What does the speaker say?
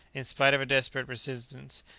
in spite of a desperate resistance,